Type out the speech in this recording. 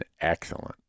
excellent